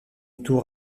tour